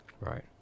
Right